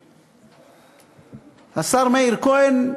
אדוני השר מאיר כהן,